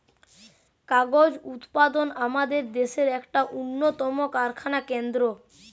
কাগজ উৎপাদন আমাদের দেশের এক উন্নতম কারখানা কেন্দ্র